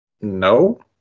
No